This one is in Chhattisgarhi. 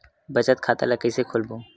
बचत खता ल कइसे खोलबों?